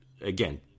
again